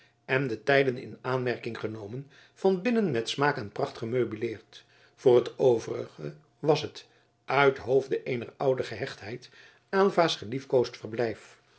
en de tijden in aanmerking genomen van binnen met smaak en pracht gemeubileerd voor t overige was het uithoofde eener oude gehechtheid aylva's geliefkoosd verblijf